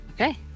Okay